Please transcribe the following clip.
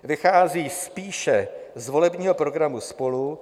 Vychází spíše z volebního programu SPOLU.